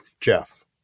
JEFF